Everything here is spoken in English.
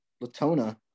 Latona